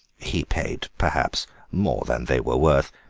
he paid perhaps more than they were worth,